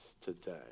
today